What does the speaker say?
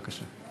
בבקשה.